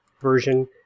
version